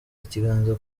ikiganza